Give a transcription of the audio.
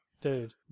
Dude